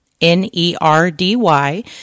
N-E-R-D-Y